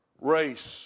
race